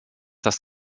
das